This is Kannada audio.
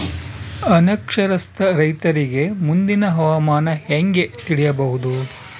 ಅನಕ್ಷರಸ್ಥ ರೈತರಿಗೆ ಮುಂದಿನ ಹವಾಮಾನ ಹೆಂಗೆ ತಿಳಿಯಬಹುದು?